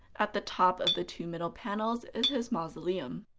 at the top of the two middle panels is his mausoleum.